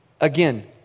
Again